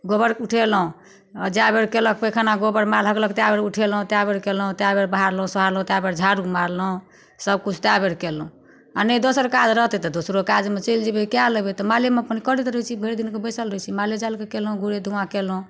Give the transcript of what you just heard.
गोबरके उठेलहुँ आ जै बेर कयलक पैखाना माल हगलक तै बेर उठेलहुँ तै बेर कयलहुँ तै बेर बहारलहुँ सुहारलहुँ तै बेर झाड़ू मारलहुँ सब किछु तै बेर कयलहुँ आ नहि दोसर काज रहतै तऽ दोसरो काजमे चलि जेबै कै लेबै मालेमे अपन करैत रहैत छी भरि दिन बैसल रहैत छी माले जालके कयलहुँ गुड़े धुआँ कयलहुँ